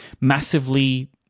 massively